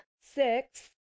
six